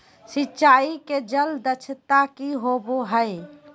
सिंचाई के जल दक्षता कि होवय हैय?